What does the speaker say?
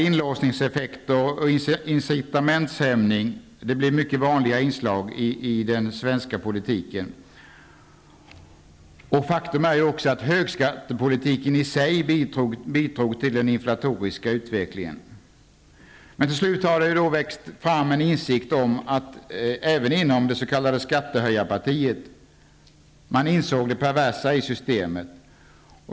Inlåsningseffekter och incitamentshämning blev mycket vanliga inslag i den svenska politiken. Faktum är också att högskattepolitiken i sig bidrog till den inflatoriska utvecklingen. Till slut har det växt fram en insikt även inom det s.k. skattehöjarpartiet. Man insåg det perversa i systemet.